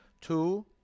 two